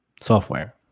software